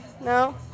No